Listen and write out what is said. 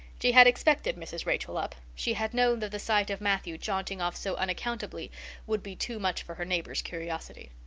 she had expected mrs. rachel up she had known that the sight of matthew jaunting off so unaccountably would be too much for her neighbor's curiosity.